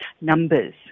numbers